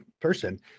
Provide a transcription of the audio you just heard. person